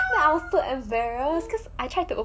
the I was embarrassed cause I try to